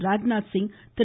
Rajnath Singh Thiru